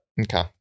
Okay